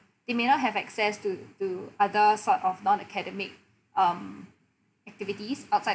they may not have access to to other sort of non-academic um activities outside